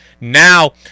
Now